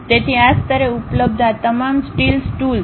તેથી આ સ્તરે ઉપલબ્ધ આ તમામ સ્ટીલ્સ ટૂલ્સ